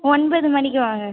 ஒன்பது மணிக்கு வாங்க